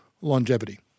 longevity